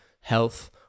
health